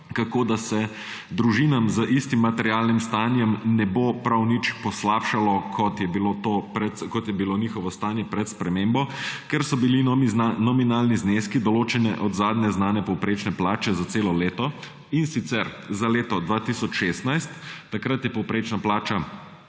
kako da se družinam z istim materialnim stanjem ne bo prav nič poslabšalo, bo, kot je bilo njihovo stanje pred spremembo, ker so bili nominalni zneski določeni od zadnje znane povprečne plače za celo leto, in sicer za leto 2016, takrat je povprečna plača